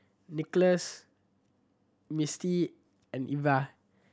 Nicolas Misti and Evia